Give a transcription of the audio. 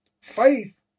Faith